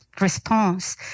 response